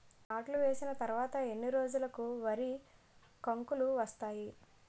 నాట్లు వేసిన తర్వాత ఎన్ని రోజులకు వరి కంకులు వస్తాయి?